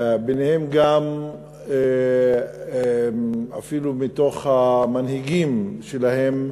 ביניהם גם אפילו, מתוך המנהיגים שלהם,